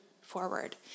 forward